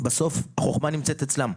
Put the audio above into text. בסוף, החוכמה נמצאת אצלן.